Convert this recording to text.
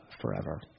Forever